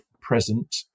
present